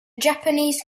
japanese